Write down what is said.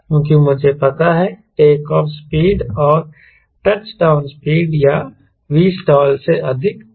क्योंकि मुझे पता है टेक ऑफ स्पीड और टच डाउन स्पीड या Vstall से अधिक प्रतिशत